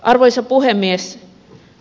arvoisa puhemies